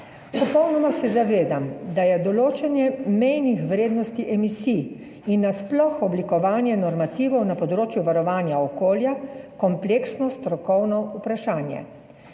Popolnoma se zavedam, da je določanje mejnih vrednosti emisij in nasploh oblikovanje normativov na področju varovanja okolja kompleksno strokovno vprašanje.